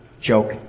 joke